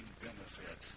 benefit